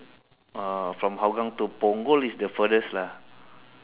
uh from hougang to punggol is the furthest lah